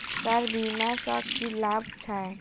Sir बीमा सँ की लाभ छैय?